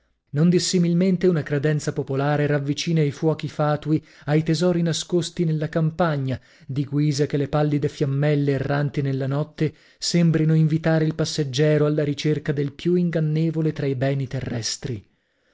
non dissimilmente una credenza popolare ravvicina i fuochi fatui ai tesori nascosti nella campagna di guisa che le pallide fiammelle erranti nella notte sembrino invitare il passeggiero alla ricerca del più ingannevole tra i beni terrestri